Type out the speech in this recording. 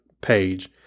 page